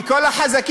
כי כל החזקים,